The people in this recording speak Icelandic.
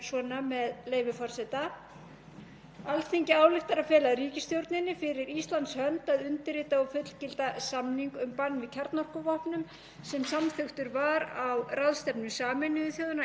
sem samþykktur var á ráðstefnu Sameinuðu þjóðanna í New York 7. júlí 2017 og tók gildi hinn 22. janúar 2021.“